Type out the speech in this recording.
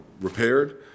repaired